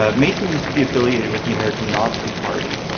ah mason used to be affiliated with the american nazi party,